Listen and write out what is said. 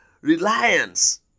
reliance